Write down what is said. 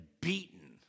beaten